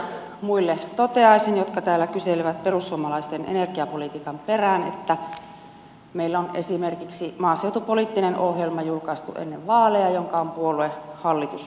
toteaisin edustaja kalmarille ja muille jotka täällä kyselevät perussuomalaisten energiapolitiikan perään että meillä on esimerkiksi julkaistu ennen vaaleja maaseutupoliittinen ohjelma jonka on puoluehallitus hyväksynyt